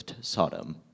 Sodom